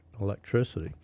electricity